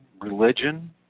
religion